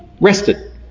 rested